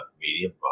medium